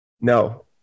No